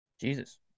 Jesus